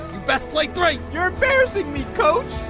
best play three! you're embarrassing me, coach.